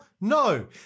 No